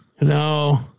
No